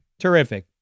terrific